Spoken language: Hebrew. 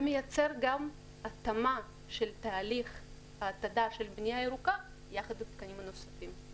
ומייצר גם התאמה של תהליך העתדה של בנייה ירוקה יחד עם התקנים הנוספים.